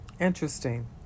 Interesting